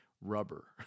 Rubber